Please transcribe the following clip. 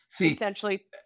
essentially